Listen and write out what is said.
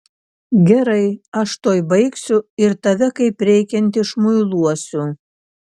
gerai aš tuoj baigsiu ir tave kaip reikiant išmuiluosiu